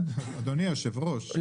אדוני היושב-ראש,